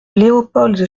léopold